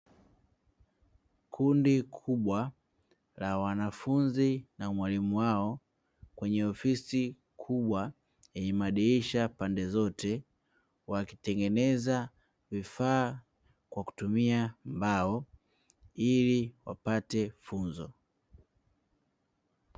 Kundi kubwa la wanafunzi na mwalimu wao kwenye ofisi kubwa yenye madirisha pande zote, wakitengeneza vifaa kwa kutumia mbao ili wapate funzo.